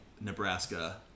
Nebraska